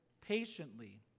patiently